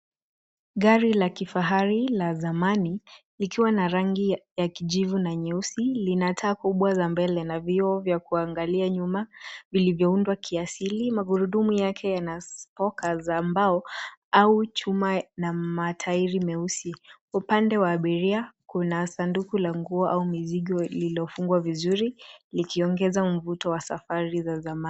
Gari la kifahari la zamani likiwa na rangi ya kijivu na nyeusi, lina taa kubwa za mbele na vioo vya kuangalia nyuma vilivyoundwa kiasili, magurudumu yake yana spoka za mbao au chuma na matairi meusi. Upande wa abiria, kuna sanduku la nguo au mizigo lilofungwa vizuri, likiongeza mvuto wa safari za zamani.